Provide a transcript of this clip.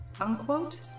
unquote